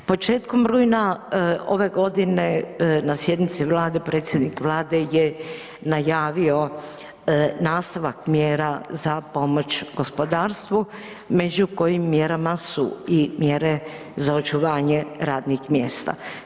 Početkom rujna ove godine na sjednici Vlade, predsjednik Vlade je najavio nastavak mjera za pomoć gospodarstvu među kojim mjerama su i mjere za očuvanje radnih mjesta.